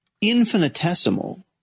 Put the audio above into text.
infinitesimal